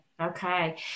Okay